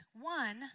One